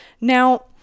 Now